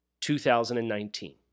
2019